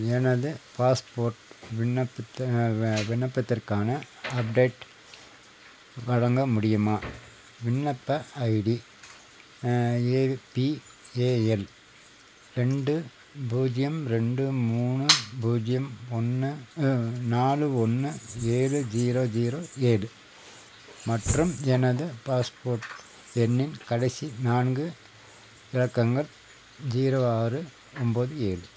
எனது பாஸ்போர்ட் விண்ணப்பத்திற்கான விண்ணப்பத்திற்கான அப்டேட் வழங்க முடியுமா விண்ணப்ப ஐடி ஏபிஏஎல் ரெண்டு பூஜ்ஜியம் ரெண்டு மூணு பூஜ்ஜியம் ஒன்று நாலு ஒன்று ஏழு ஜீரோ ஜீரோ ஏழு மற்றும் எனது பாஸ்போர்ட் எண்ணின் கடைசி நான்கு இலக்கங்கள் ஜீரோ ஆறு ஒன்பது ஏழு